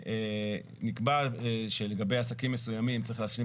שנקבע שלגבי עסקים מסוימים צריך להשלים